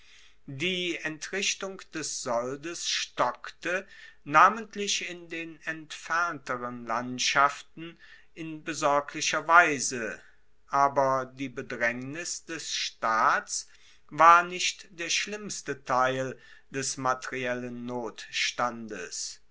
die entrichtung des soldes stockte namentlich in den entfernteren landschaften in besorglicher weise aber die bedraengnis des staats war nicht der schlimmste teil des materiellen notstandes